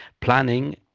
planning